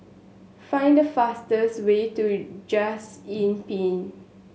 find the fastest way to Just Inn Pine